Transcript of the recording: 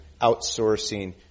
outsourcing